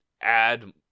add